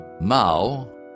Mao